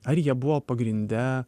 ar jie buvo pagrinde